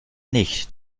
nicht